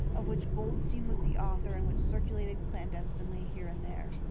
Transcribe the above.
of which goldstein was the author and which circulated clandestinely here and there.